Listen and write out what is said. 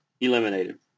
eliminated